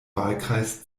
wahlkreis